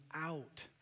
out